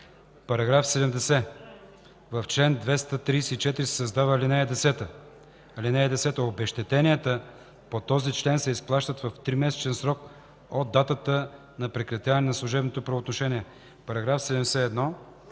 и 15.” § 70. В чл. 234 се създава ал. 10: „(10) Обезщетенията по този член се изплащат в тримесечен срок от датата на прекратяване на служебното правоотношение.” § 71.